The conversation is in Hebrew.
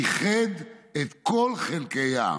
איחד את כל חלקי העם.